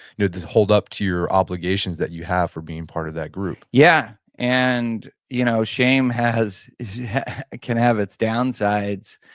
you know to hold up to your obligations that you have for being part of that group yeah, and you know shame can have its downsides.